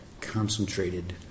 concentrated